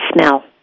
smell